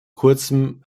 kurzem